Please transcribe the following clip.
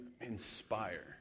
inspire